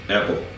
Apple